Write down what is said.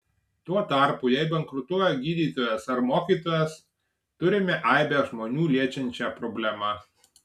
tuo tarpu jei bankrutuoja gydytojas ar mokytojas turime aibę žmonių liečiančią problemą